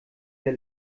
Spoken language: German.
der